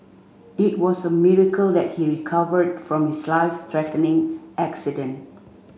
it was a miracle that he recovered from his life threatening accident